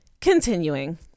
Continuing